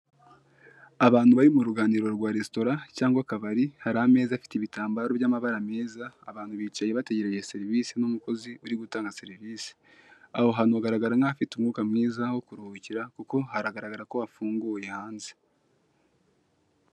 Abantu bari mu ruganiriro rwa resitora cyangwa akabari hari ameza afite ibitambaro byamabara meza. abantu bicaye bategereje serivisi n'umukozi uri gutanga serivisi, aho hantu hagaragara nkahafite umwuka mwiza ho kuruhukira kuko haragaragara ko hafunguye hanze.